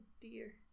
dear